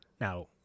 Now